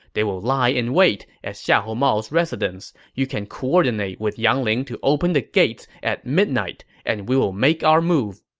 they will lie in wait at xiahou mao's residence. you can coordinate with yang ling to open the gates at midnight, and we will make our move.